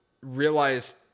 realized